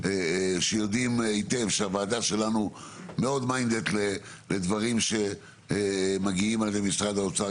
שיודעים היטב שהוועדה שלנו מאוד מיינדט לדברים שמגיעים עד למשרד האוצר,